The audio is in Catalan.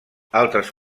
altres